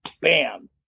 bam